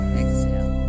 exhale